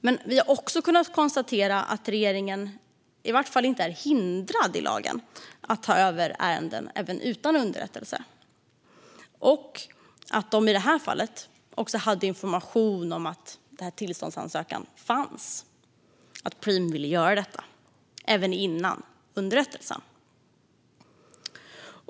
Men vi har också konstaterat att regeringen enligt lagen i varje fall inte är hindrad att ta över ärenden även utan underrättelse och att man i det här fallet hade information om att tillståndsansökan från Preem fanns också innan underrättelsen.